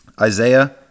Isaiah